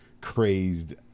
crazed